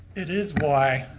it is why.